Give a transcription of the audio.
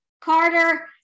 Carter